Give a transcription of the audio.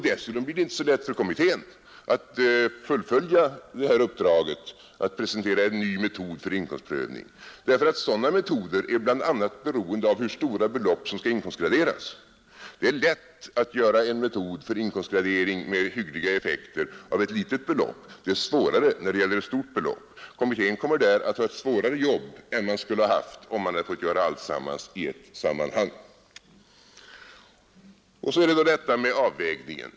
Dessutom blir det inte så lätt för kommittén att fullfölja det här uppdraget att presentera en ny metod för inkomstprövning. Sådana metoder är bl.a. beroende av hur stora belopp som skall inkomstgraderas. Det är lätt att göra en metod för inkomstgradering med hyggliga effekter vid ett litet belopp. Det är svårare när det gäller ett stort belopp. Kommittén kommer där att få ett svårare jobb än man skulle ha haft om man fått göra alltsammans i ett sammanhang. Och så är det då detta med avvägningen!